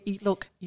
Look